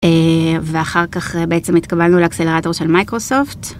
ואחר כך בעצם התקבלנו לאקסלרטור של מייקרוסופט.